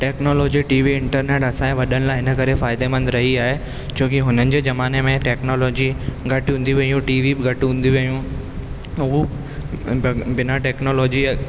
technology TV internet असां वॾनि लाइ हिन लाइ फ़ाइदेमंद रही आहे छोकी हुननि जे जमाने में टैक्नोलॉजी घटि हूंदी हुई ऐं टीवी बि घटि हूंदी हुइयूं उहो बिना टैक्नोलॉजी